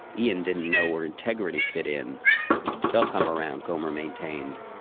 ian didn't know where integrity fit in they'll come around, gomer maintained.